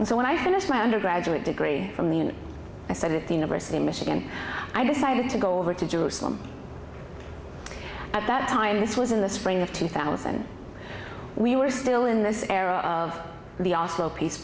and so when i finished my undergraduate degree from the i said at the university of michigan i decided to go over to jerusalem at that time this was in the spring of two thousand we were still in this era of the oslo peace